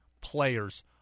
players